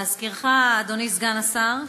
להזכירך, אדוני סגן השר,